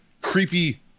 creepy